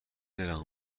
دلم